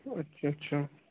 اچھا اچھا